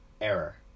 error